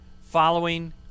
following